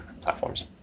platforms